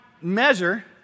measure